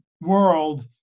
world